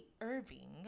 Irving